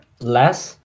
less